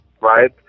right